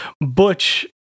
Butch